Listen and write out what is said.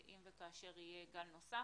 אם וכאשר יהיה גל נוסף.